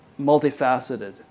multifaceted